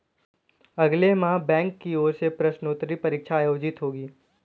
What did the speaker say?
अगले माह बैंक की ओर से प्रोन्नति परीक्षा आयोजित होगी